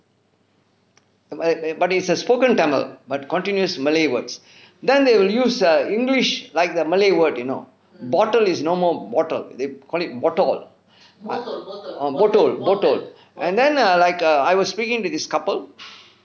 but but it's a spoken tamil but continuous malay words then they will use err english like the malay word you know bottle is normal bottle they call it botol ah botol botol and then err like err I was speaking to this couple